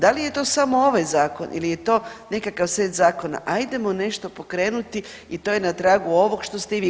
Da li je to samo ovaj zakon ili je to nekakav set zakona, ajdemo nešto pokrenuti i to je na tragu ovog što ste i vi govorili.